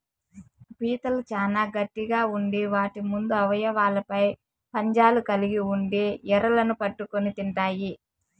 పీతలు చానా గట్టిగ ఉండి వాటి ముందు అవయవాలపై పంజాలు కలిగి ఉండి ఎరలను పట్టుకొని తింటాయి